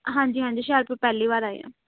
ਹਾਂਜੀ ਹਾਂਜੀ ਹੁਸ਼ਿਆਰਪੁਰ ਪਹਿਲੀ ਵਾਰ ਆਏ ਹਾਂ